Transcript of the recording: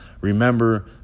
remember